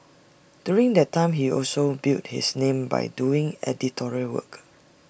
during that time he also built his name by doing editorial work